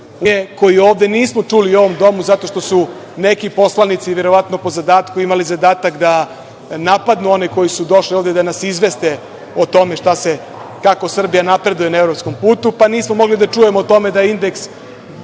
EU, koji ovde nismo čuli u ovom Domu, zato što su neki poslanici, verovatno po zadatku imali zadatak da napadnu one koji su došli ovde i da nas izveste o tome kako Srbija napreduje na evropskom putu, pa nismo mogli da čujemo o tome da je indeks